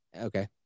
Okay